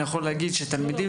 אני יכול להגיד שתלמידים,